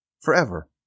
forever